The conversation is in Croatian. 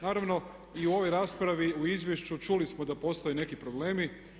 Naravno i u ovoj raspravi u izvješću čuli smo da postoje neki problemi.